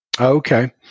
Okay